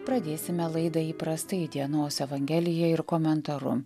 pradėsime laidą įprastai dienos evangelija ir komentaru